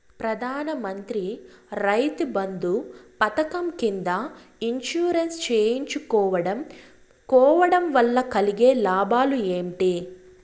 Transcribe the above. ప్రధాన మంత్రి రైతు బంధు పథకం కింద ఇన్సూరెన్సు చేయించుకోవడం కోవడం వల్ల కలిగే లాభాలు ఏంటి?